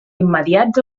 immediats